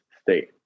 state